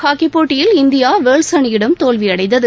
hockey போட்டியில் India Wales அணியிடம் தோல்வி அடைந்தது